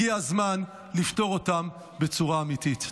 הגיע הזמן לפתור אותן בצורה אמיתית.